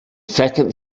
second